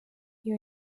iyo